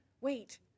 Wait